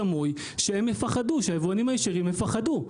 סמויים כדי שהיבואנים הישירים יפחדו.